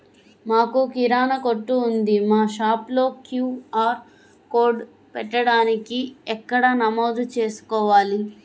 మాకు కిరాణా కొట్టు ఉంది మా షాప్లో క్యూ.ఆర్ కోడ్ పెట్టడానికి ఎక్కడ నమోదు చేసుకోవాలీ?